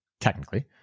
technically